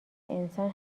انسان